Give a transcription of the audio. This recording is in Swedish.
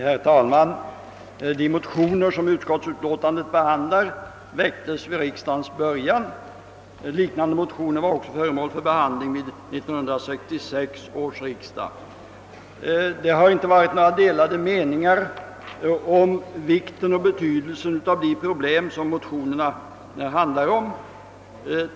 Herr talman! De motioner som be handlas i förevarande utlåtande väcktes vid denna riksdags början. Liknande motioner var också föremål för behand-' ling vid 1966 års riksdag. Det har inte rått några delade meningar om vikten och betydelsen av de problem som motionerna tar upp.